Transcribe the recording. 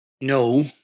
no